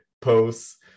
posts